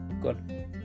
good